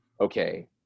okay